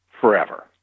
forever